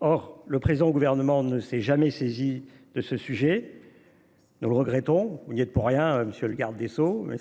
Or le précédent gouvernement ne s’est jamais saisi de ce sujet. Nous le regrettons – vous n’y êtes pour rien, monsieur le garde des sceaux –,